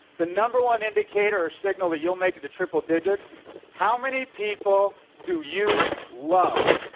the number one indicator or signal that you'll make it to triple digits how many people do you love?